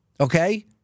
Okay